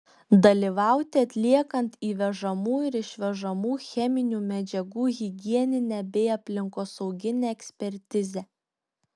dalyvauti atliekant įvežamų ir išvežamų cheminių medžiagų higieninę bei aplinkosauginę ekspertizę